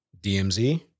DMZ